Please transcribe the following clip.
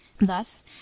Thus